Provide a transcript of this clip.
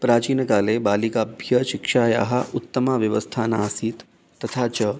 प्राचीनकाले बालिकाभ्यः शिक्षायाः उत्तमव्यवस्था नासीत् तथा च